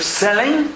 selling